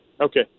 Okay